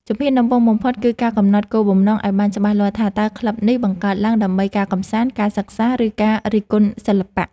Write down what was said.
ជំហានដំបូងបំផុត គឺការកំណត់គោលបំណងឱ្យបានច្បាស់លាស់ថា តើក្លឹបនេះបង្កើតឡើងដើម្បីការកម្សាន្ត ការសិក្សា ឬការរិះគន់សិល្បៈ។